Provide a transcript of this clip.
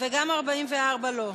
וגם 44 לא.